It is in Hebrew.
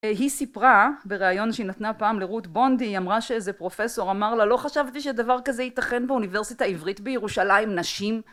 היא סיפרה בריאיון שהיא נתנה פעם לרות בונדי, היא אמרה שאיזה פרופסור אמר לה "לא חשבתי שדבר כזה ייתכן באוניברסיטה העברית בירושלים, נשים"